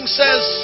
says